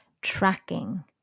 tracking